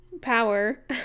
power